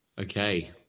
Okay